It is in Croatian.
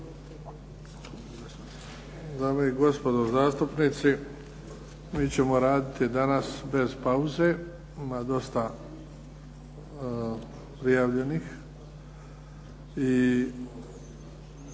Dame i gospodo zastupnici, mi ćemo raditi danas bez pauze. Ima dosta prijavljenih